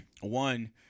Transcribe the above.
one